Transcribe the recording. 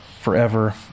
forever